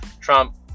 Trump